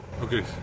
Okay